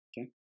Okay